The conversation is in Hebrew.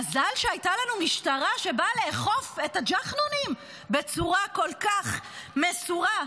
מזל שהייתה לנו משטרה שבאה לאכוף את הג'חנונים בצורה כל כך מסורה,